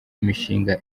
imishinga